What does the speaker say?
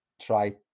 try